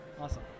Awesome